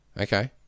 Okay